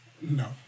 No